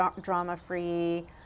drama-free